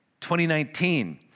2019